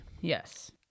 Yes